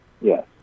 Yes